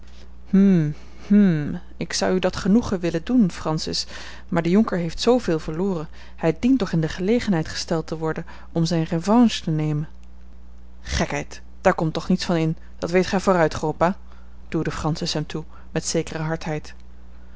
hm hm ik zou u dat genoegen willen doen francis maar de jonker heeft zooveel verloren hij dient toch in de gelegenheid gesteld te worden om zijne revanche te nemen gekheid daar komt toch niets van dat weet gij vooruit grootpa duwde francis hem toe met zekere hardheid